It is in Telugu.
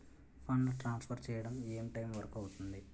ఫండ్ ట్రాన్సఫర్ చేయడం ఏ టైం వరుకు అవుతుంది?